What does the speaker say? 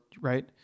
right